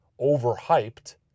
overhyped